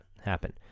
happen